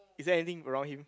is there anything around him